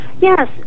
Yes